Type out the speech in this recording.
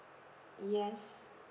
yes